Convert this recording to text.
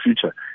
future